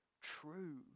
true